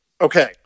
Okay